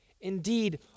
indeed